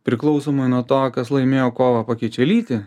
priklausomai nuo to kas laimėjo kovą pakeičia lytį